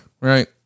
right